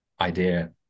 idea